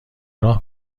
راه